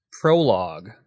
prologue